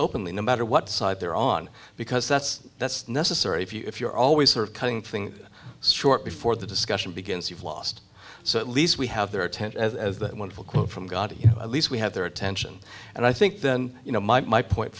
openly no matter what side they're on because that's that's necessary if you're always sort of coming thing short before the discussion begins you've lost so at least we have their tent as that wonderful quote from god you know at least we have their attention and i think then you know my point